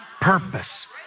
purpose